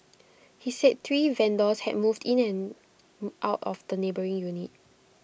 he said three vendors had moved in and out of the neighbouring unit